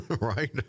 right